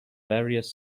various